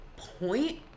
point